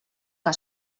que